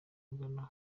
agana